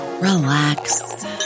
relax